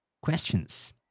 questions